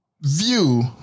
view